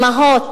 אמהות,